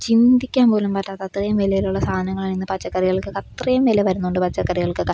ചിന്തിക്കാൻ പോലും പറ്റാത്തത്രയും വിലയിലുള്ള സാധനങ്ങളാണിന്ന് പച്ചക്കറികൾക്കൊക്കെയത്രയും വില വരുന്നുണ്ട് പച്ചക്കറികൾക്കൊക്കെ